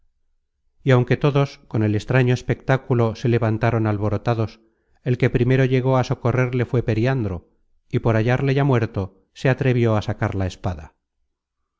y aunque todos con el extraño espectáculo se levantaron alborotados el que primero llegó á socorrerle fué periandro y por hallarle ya muerto se atrevió á sacar la espada